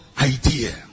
idea